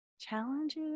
challenges